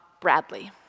Bradley